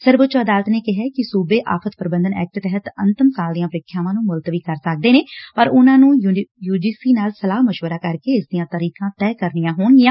ਸਰਵਉੱਚ ਅਦਾਲਤ ਨੇ ਕਿਹੈ ਕਿ ਸੁਬੇ ਆਫ਼ਤ ਪ੍ਰਬੰਧਨ ਐਕਟ ਤਹਿਤ ਅੰਤਮ ਸਾਲ ਦੀਆਂ ਪ੍ਰੀਖਿਆਵਾਂ ਨੂੰ ਮੁਲਤਵੀ ਕਰ ਸਕਦੇ ਨੇ ਪਰ ਉਨਾਂ ਨੂੰ ਯੂ ਜੀ ਸੀ ਨਾਲ ਸਲਾਹ ਮਸ਼ਵਰਾ ਕਰਕੇ ਇਸ ਦੀਆ ਤਰੀਕਾ ਤੈਅ ਕਰਨੀਆ ਹੋਣਗੀਆਂ